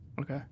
okay